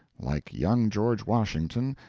like young george washington,